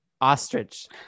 ostrich